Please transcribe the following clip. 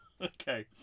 Okay